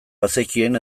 bazekien